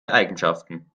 eigenschaften